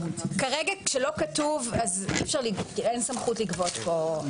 כרגע כשלא כתוב אז אין סמכות לגבות פה.